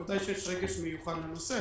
בוודאי שיש רגש מיוחד לנושא,